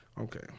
Okay